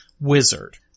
wizard